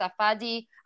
Safadi